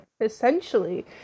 essentially